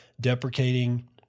deprecating